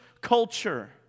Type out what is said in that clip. culture